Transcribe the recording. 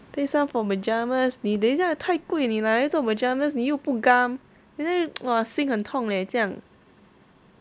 take some for pyjamas 你等一下太贵你拿来做 pyjamas 你有不 gam 的一下 心很痛 leh 这样